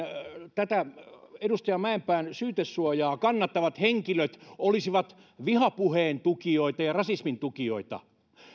tätä edustaja mäenpään syytesuojaa kannattavat henkilöt olisivat vihapuheen tukijoita ja rasismin tukijoita